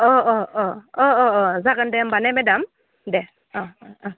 अ अ जागोन दे होनबा मेदाम दे अ अ